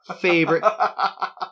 favorite